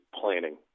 planning